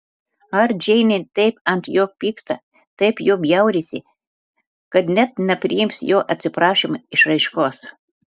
ar džeinė taip ant jo pyksta taip juo bjaurisi kad net nepriims jo atsiprašymo išraiškos